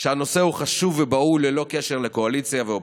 שהנושא חשוב ובהול, ללא קשר לקואליציה ואופוזיציה.